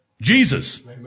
Jesus